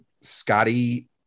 Scotty